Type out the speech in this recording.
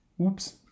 Oops